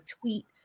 tweet